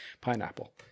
Pineapple